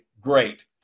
Great